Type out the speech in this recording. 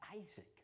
Isaac